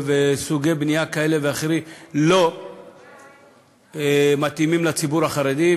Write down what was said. וסוגי בנייה כאלה ואחרים לא מתאימים לציבור החרדי,